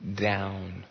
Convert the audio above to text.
down